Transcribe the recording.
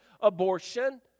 abortion